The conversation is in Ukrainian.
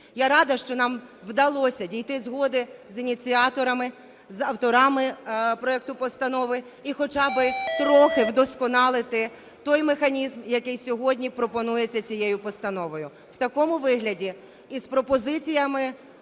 Я рада, що нам вдалося дійти згоди з ініціаторами, з авторами проекту постанови і хоча б трохи вдосконалити той механізм, який сьогодні пропонується цією постановою, в такому вигляді. І з пропозиціями